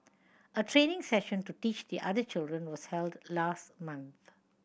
a training session to teach the other children was held last month